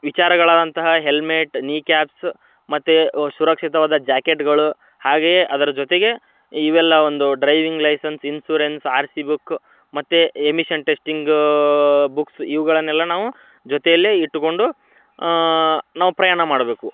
ವಿಚಾರಗಳಾದಂತಹ helmet knee caps ಮತ್ತು ಸುರಕ್ಷಿತವಾದ ಜಾಕೆಟ್ಗಳು ಹಾಗೆಯೇ ಅದರ ಜೊತೆಗೆ ಇವೆಲ್ಲ ಒಂದು driving licence insurance R C book ಮತ್ತು ಎಮಿಷನ್ ಟೆಸ್ಟಿಂಗು ಬುಕ್ಸ್ ಇವುಗಳನ್ನೆಲ್ಲ ನಾವು ಜೊತೆಯಲ್ಲೇ ಇಟ್ಟುಕೊಂಡು ನಾವು ಪ್ರಯಾಣ ಮಾಡಬೇಕು